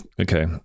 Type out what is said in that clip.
Okay